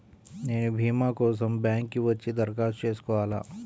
నేను భీమా కోసం బ్యాంక్కి వచ్చి దరఖాస్తు చేసుకోవాలా?